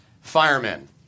firemen